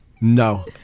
No